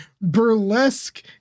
burlesque